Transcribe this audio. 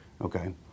okay